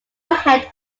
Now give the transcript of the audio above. ahead